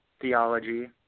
Theology